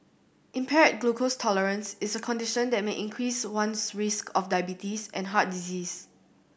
impaired glucose tolerance is a condition that may increase one's risk of diabetes and heart disease